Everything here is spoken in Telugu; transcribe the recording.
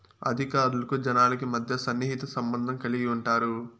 అధికారులకు జనాలకి మధ్య సన్నిహిత సంబంధం కలిగి ఉంటారు